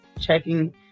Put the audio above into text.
checking